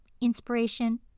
inspiration